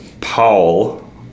Paul